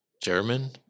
German